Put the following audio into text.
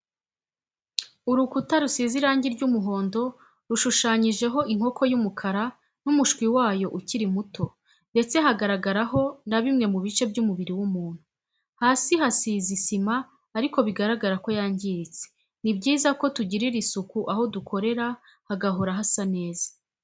Urukuta rusize irangi ry'umuhondo rushushanyijeho inkoko y'umukara n'umushwi wayo ukiri muto, ndetse hagaragaraho na bimwe mu bice by'umubiri w'umuntu, hasi hasize isima ariko bigaragara ko yangiritse, ni byiza ko tugirira isuku aho dukorera hagahora hasa neza